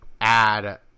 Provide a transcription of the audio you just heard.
add